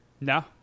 No